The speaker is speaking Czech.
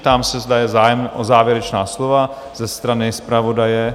Ptám se, zda je zájem o závěrečná slova ze strany zpravodaje?